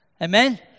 Amen